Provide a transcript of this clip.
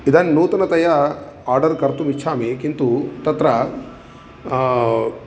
इदानीं नूतनतया आर्डर् कर्तुम् इच्छामि किन्तु तत्र